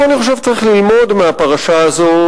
אני חושב שהציבור צריך ללמוד מהפרשה הזו,